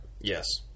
Yes